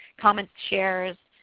comments, shares,